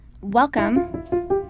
Welcome